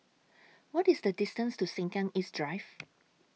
What IS The distance to Sengkang East Drive